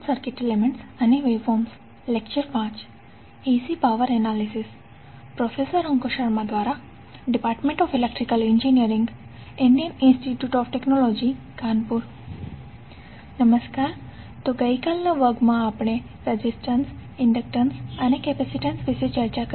તો ગઈકાલે વર્ગમાં આપણે રેઝિસ્ટન્સ ઇન્ડક્ટન્સ અને capacitance resistance inductance and capacitance વિશે ચર્ચા કરી